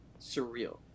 surreal